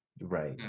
right